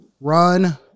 run